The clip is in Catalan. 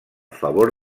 favor